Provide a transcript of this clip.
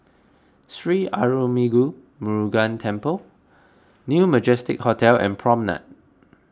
Sri Arulmigu Murugan Temple New Majestic Hotel and Promenade